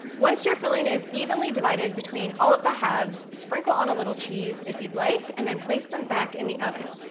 once your filling is evenly divided between all the halves sprinkle on a little cheese if you'd like, and then place them back in the oven.